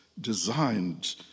designed